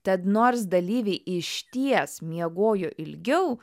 tad nors dalyviai išties miegojo ilgiau